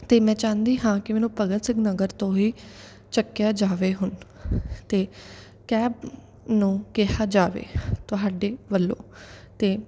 ਅਤੇ ਮੈਂ ਚਾਹੁੰਦੀ ਹਾਂ ਕਿ ਮੈਨੂੰ ਭਗਤ ਸਿੰਘ ਨਗਰ ਤੋਂ ਹੀ ਚੁੱਕਿਆ ਜਾਵੇ ਹੁਣ ਅਤੇ ਕੈਬ ਨੂੰ ਕਿਹਾ ਜਾਵੇ ਤੁਹਾਡੇ ਵੱਲੋਂ ਅਤੇ